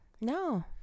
No